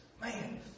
Man